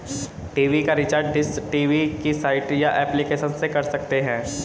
TV का recharge dish TV की site या एप्लीकेशन से कर सकते है